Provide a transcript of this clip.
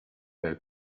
del